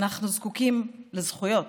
אנחנו זקוקים לזכויות,